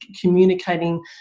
communicating